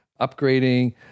upgrading